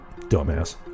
Dumbass